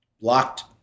blocked